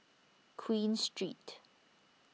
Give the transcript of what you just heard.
Queen Street